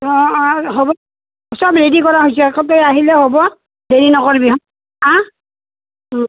অঁ অঁ হ'ব চব ৰেডি কৰা হৈছে সবেই আহিলে হ'ব হেৰি নকৰিবি আ